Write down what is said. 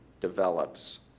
develops